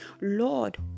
Lord